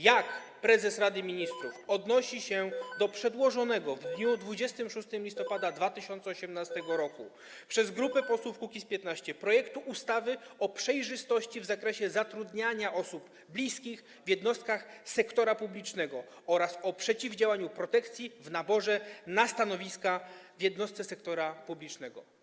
Jak prezes Rady Ministrów odnosi się do przedłożonego w dniu 26 listopada 2018 r. przez grupę posłów Kukiz’15 projektu ustawy o przejrzystości w zakresie zatrudniania osób bliskich w jednostkach sektora publicznego oraz o przeciwdziałaniu protekcji w naborze na stanowiska w jednostce sektora publicznego?